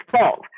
fault